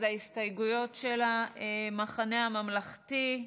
הסתייגויות של המחנה הממלכתי,